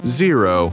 zero